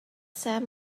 sam